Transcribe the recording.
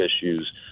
issues